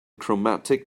chromatic